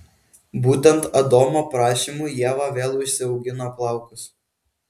būtent adomo prašymu ieva vėl užsiaugino plaukus